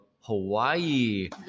Hawaii